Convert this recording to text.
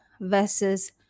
versus